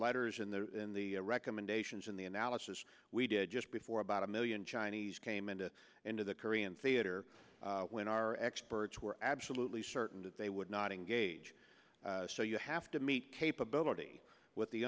letters in the in the recommendations in the analysis we did just before about a million chinese came into into the korean theater when our experts were absolutely certain that they would not engage so you have to meet capability with the